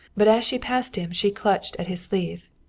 but as she passed him she clutched at his sleeve.